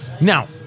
Now